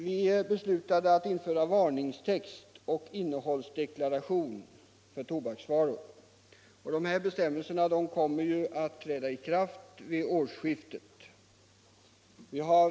Vi har beslutat införa varningstexter och innehållsdeklarationer på paketen till tobaksvaror. Dessa bestämmelser kommer att träda i kraft vid årsskiftet.